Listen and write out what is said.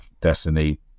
destiny